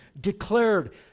declared